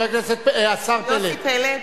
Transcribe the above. השר פלד.